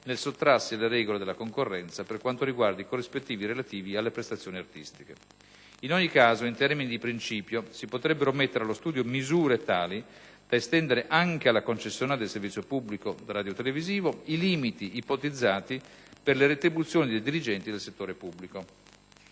nel sottrarsi alle regole della concorrenza per quanto riguarda i corrispettivi relativi alle prestazioni artistiche. In ogni caso, in termini di principio, si potrebbero mettere allo studio misure tali da estendere anche alla concessionaria del servizio radiotelevisivo pubblico i limiti ipotizzati per le retribuzioni dei dirigenti del settore pubblico.